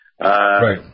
Right